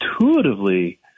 intuitively